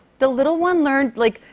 the little one learned, like,